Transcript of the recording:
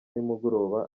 nimugoroba